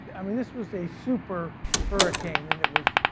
i mean this was a super hurricane and it was.